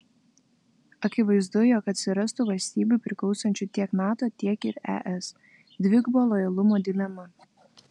akivaizdu jog atsirastų valstybių priklausančių tiek nato tiek ir es dvigubo lojalumo dilema